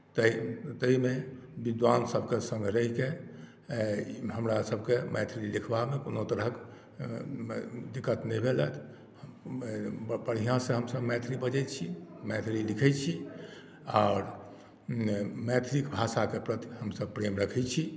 ताहि ताहिमे विद्वान सभके सङ्गे रहिके हमरासभकेँ मैथिली लिखबामे कोनो तरहक दिक्कत नहि भेलए बढ़िआँसँ हमसभ मैथिली बजैत छी मैथिली लिखैत छी आओर मैथिली भाषाक प्रति हमसभ प्रेम रखैत छी